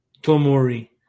Tomori